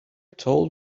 told